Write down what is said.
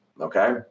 okay